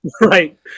Right